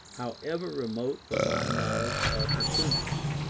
however remote from my knowledge or pursuits.